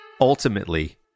Ultimately